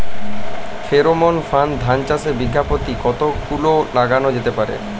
Pheromone ফাঁদ ধান চাষে বিঘা পতি কতগুলো লাগানো যেতে পারে?